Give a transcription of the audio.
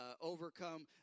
overcome